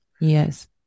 Yes